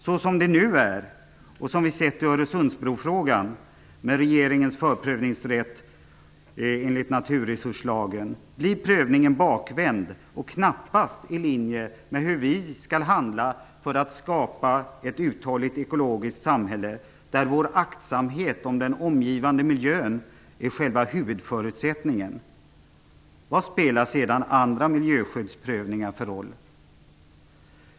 Såsom det nu är och som vi sett i Öresundsbrofrågan blir regeringens prövning enligt naturresurslagen bakvänd och knappast i linje med hur vi skall handla för att skapa ett uthålligt ekologiskt samhälle, där vår aktsamhet om den omgivande miljön är själva huvudförutsättningen. Vad spelar sedan andra miljöskyddsprövningar för roll?